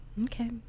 Okay